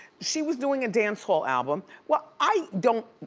she was doing a dance hall album, well i don't,